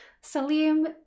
Salim